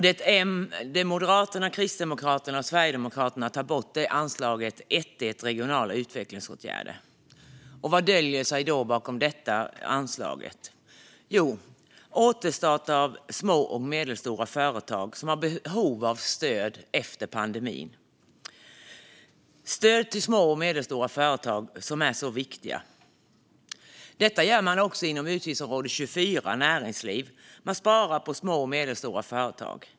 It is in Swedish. Det Moderaterna, Kristdemokraterna och Sverigedemokraterna tar bort är anslag 1:1 Regionala utvecklingsåtgärder . Vad döljer sig bakom detta anslag? Jo, återstart av små och medelstora företag som har behov av stöd efter pandemin. Detta stöd till små och medelstora företag är ju så viktigt. Likadant gör man också inom utgiftsområde 24 Näringsliv. Man sparar på små och medelstora företag.